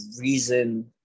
reason